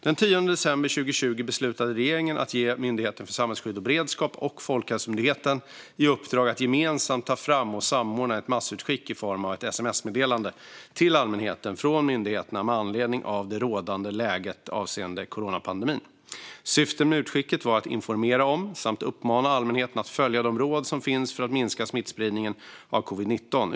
Den 10 december 2020 beslutade regeringen att ge Myndigheten för samhällsskydd och beredskap och Folkhälsomyndigheten i uppdrag att gemensamt ta fram och samordna ett massutskick i form av ett sms­meddelande till allmänheten från myndigheterna med anledning av det rådande läget avseende coronapandemin. Syftet med utskicket var att informera om samt uppmana allmänheten att följa de råd som finns för att minska smittspridningen av covid-19.